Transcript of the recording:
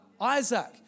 Isaac